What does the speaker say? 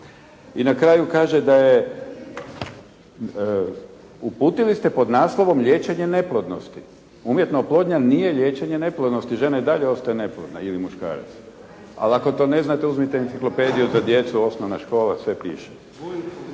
I na kraju kaže da je, uputili ste pod naslovom liječenje neplodnosti. Umjetna oplodnja nije liječenje neplodnosti. Žena i dalje ostaje neplodna ili muškarac. Ali ako to ne znate uzmite enciklopediju za djecu, osnovna škola, sve piše.